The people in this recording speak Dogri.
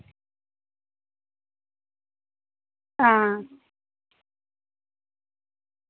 आं